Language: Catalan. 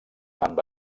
amb